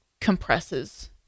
compresses